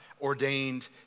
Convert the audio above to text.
ordained